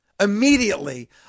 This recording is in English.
immediately